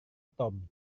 tom